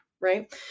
right